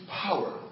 power